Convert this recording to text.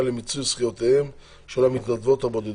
למיצוי זכויותיהן של המתנדבות הבודדות.